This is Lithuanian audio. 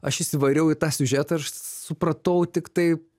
aš įsivariau į tą siužetą aš supratau tiktai